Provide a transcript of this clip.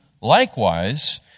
likewise